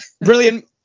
Brilliant